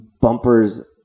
bumpers